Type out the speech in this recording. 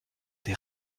des